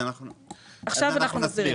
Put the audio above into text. עכשיו אנחנו נסביר.